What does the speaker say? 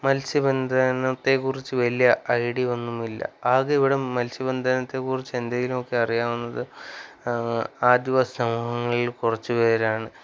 മത്സ്യബന്ധനത്തെക്കുറിച്ച് വലിയ ഐഡിയ ഒന്നുമില്ല ആകെ ഇവിടെ മത്സ്യബന്ധനത്തെക്കുറിച്ച് എന്തെങ്കിലുമൊക്കെ അറിയാവുന്നത് ആദിവാസി സമൂഹങ്ങളിൽ കുറച്ച് പേര്ക്കാണ്